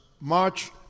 March